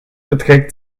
beträgt